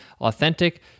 authentic